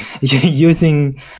Using